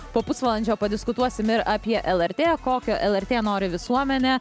po pusvalandžio padiskutuosim ir apie lrt kokio lrt nori visuomenė